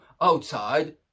outside